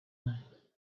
night